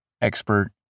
Expert